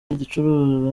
igicuruzwa